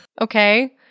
okay